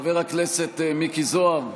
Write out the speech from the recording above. חבר הכנסת מיקי זוהר.